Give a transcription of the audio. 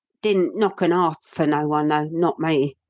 didn't knock and arsk for no one, though not me.